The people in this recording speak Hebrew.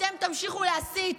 אתם תמשיכו להסית,